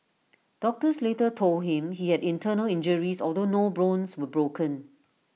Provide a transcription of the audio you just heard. doctors later told him he had internal injuries although no bones were broken